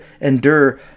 endure